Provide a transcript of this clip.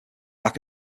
lack